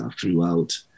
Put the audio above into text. throughout